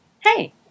Hey